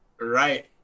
Right